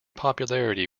popularity